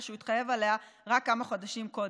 שהוא התחייב לה רק כמה חודשים קודם.